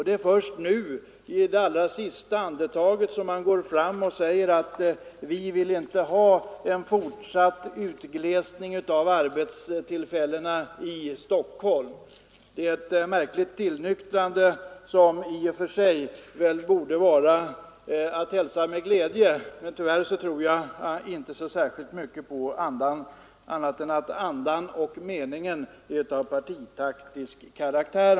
Det är först nu, i det allra sista andetaget, som centern går fram och säger: Vi vill inte ha en fortsatt utglesning av arbetstillfällena i Stockholm. Detta är ett märkligt tillnyktrande. I och för sig borde man väl hälsa det med glädje, men tyvärr tror jag inte särskilt mycket på det; jag tror att andan och meningen är av partitaktisk karaktär.